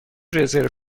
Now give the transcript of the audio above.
رزرو